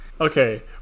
Okay